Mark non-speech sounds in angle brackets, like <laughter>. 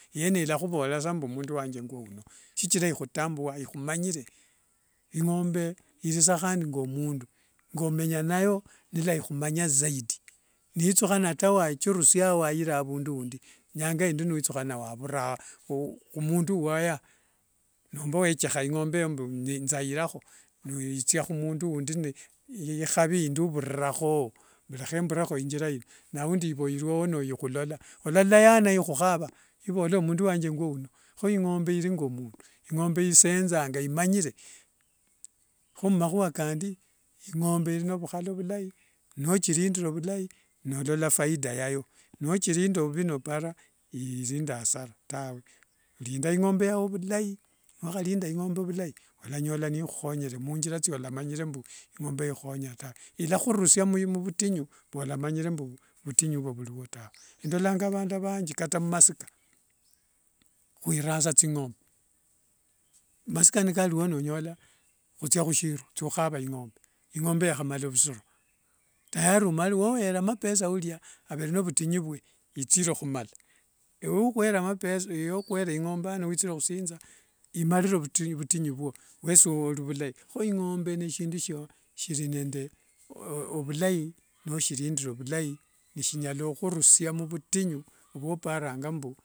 Yene yalakhuvorerasa mbu omundu wanje ngwouno shichira ikhuyambua, ikhumanyire, ingombe ilisa handi ngomundu ngomenya nayo nilua ikhutambua zaidi niwithukhana wachirusiao waira avundu wundi, nyanga indi niwithukhana wavurao, <hesitation> khumundu uwayaa, nomba wechikha ingombe eyo mbu nzairakho <unintelligible> mbulekha mbure inthira ino, kho ingombe ilisanga omundu. Ingombe isenzanga imanyire. Kho khumakhua kandi ingombe ikine vhukhala vulai nochirindire vulai nolola faida yayo, nochilinda vuvi nopara mbu ilinende asharaa linda ingombe yao vulai, niwakhala linda ingombe yo vilai walanyora nikhukhonyere munthira thiolananyire mbu ingombe eyo ikhuhonyanga tawe. Yalakhurusia mvutinyu, mbwolamanyire vutinyu ovoo vulio tawe endolanga avandu avanthi kata aumasika khwiran sa thingombe. Masika nikaliwo nonyola khuthia khushiro khuthia khukhava ingombe, ingombe eyo yakhamala vusiro tayari omalire <hesitation> woyere mapesia ulia avere novutinyu vwe ithire khumala, ewe ukhwere mapesa <unintelligible> ukhwere ingombe ano withirire khusintha imarire vutinyu vwo <hesitation> wesi olivulai, kho ingombe nishindu shilai noshilinende vulai neshinyala ukhurusia mvutinyu ovyoparanga mbu